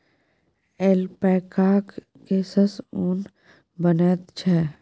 ऐल्पैकाक केससँ ऊन बनैत छै